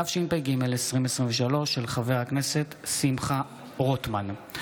התשפ"ג 2023, מאת חבר הכנסת שמחה רוטמן,